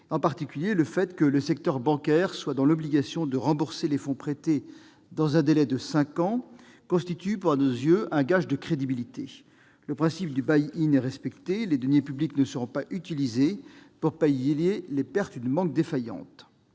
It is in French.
En particulier, le fait que le secteur bancaire soit dans l'obligation de rembourser les fonds prêtés dans un délai de cinq ans constitue à nos yeux un gage de crédibilité : le principe du est respecté et les deniers publics ne seront pas utilisés pour pallier les pertes d'une banque défaillante.